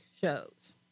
shows